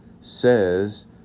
says